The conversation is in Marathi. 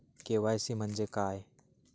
के.वाय.सी म्हणजे काय?